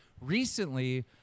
recently